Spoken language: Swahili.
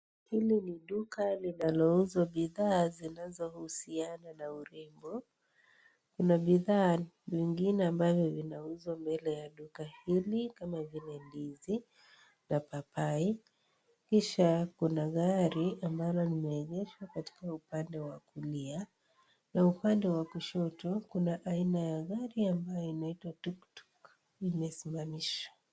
Hili ni duka linalouza bidhaa zinazo husiana na urembo kuna bidhaa vingine vinavyouzwa mbele ya duka hili kama vile ndizi na papai kisha kuna gari ambalo limeegezwa katika upande wa kulia na upande wa kushoto Kuna aina ya gari inaitwa tuktuk imesimamishwa.